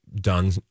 done